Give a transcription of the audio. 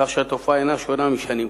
כך שהתופעה אינה שונה משנים קודמות.